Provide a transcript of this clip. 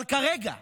אבל כרגע,